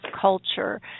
culture